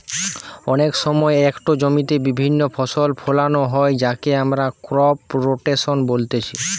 অনেক সময় একটো জমিতে বিভিন্ন ফসল ফোলানো হয় যাকে আমরা ক্রপ রোটেশন বলতিছে